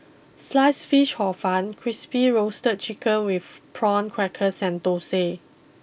sliced Fish Hor fun Crispy Roasted Chicken with Prawn Crackers and Dosa